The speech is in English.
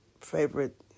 favorite